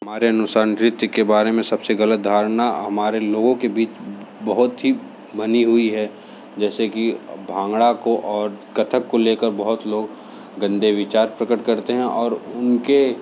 हमारे अनुसार नृत्य के बारे में सबसे गलत धारणा हमारे लोगों के बीच बहुत ही बनी हुई है जैसे की भांगड़ा को और कथक को लेकर बहुत लोग गंदे विचार प्रगट करते हैं और उनके